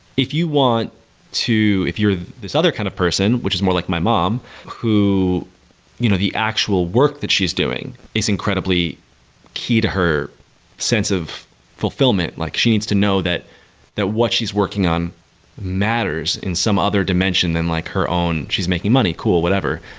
if you want to if you're this other kind of person, which is more like my mom, who you know the actual work that she's doing is incredibly key to her sense of fulfillment. like she needs to know that that what she's working on matters in some other dimension in like her own she's making money. cool, whatever.